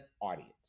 audience